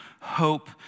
hope